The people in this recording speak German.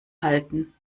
halten